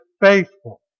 faithful